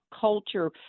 culture